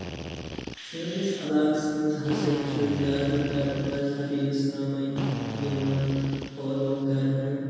سٲنِس علاقَس منٛز ہسا چھُ زیادٕ تر مَذہَبی اِسلامَے یِوان فالوٗ کرنہٕ